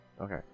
Okay